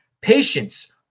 patience